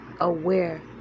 aware